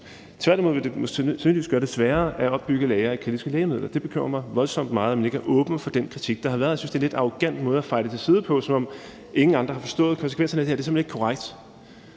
Tværtimod vil det sandsynligvis gøre det sværere at opbygge lagre af kritiske lægemidler. Det bekymrer mig voldsomt meget, at man ikke er åben for den kritik, der har været. Jeg synes, det er en arrogant måde at feje det til side på, som om ingen andre har forstået konsekvenserne af det her. Det er simpelt hen ikke korrekt.